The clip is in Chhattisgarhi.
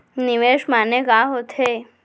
निवेश माने का होथे?